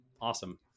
awesome